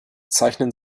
zeichnen